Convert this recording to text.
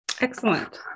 Excellent